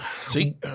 See